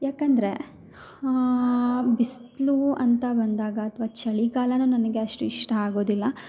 ಯಾಕೆಂದರೆ ಬಿಸಿಲು ಅಂತ ಬಂದಾಗ ಅಥ್ವಾ ಚಳಿಗಾಲವೂ ನನಗೆ ಅಷ್ಟು ಇಷ್ಟ ಆಗೋದಿಲ್ಲ